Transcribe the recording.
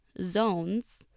zones